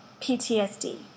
PTSD